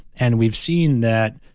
and we've seen that,